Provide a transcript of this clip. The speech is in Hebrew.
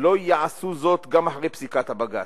לא יעשו זאת גם אחרי פסיקת בג"ץ.